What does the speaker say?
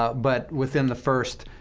but within the first,